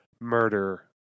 murder